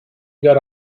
got